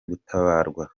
gutabarwa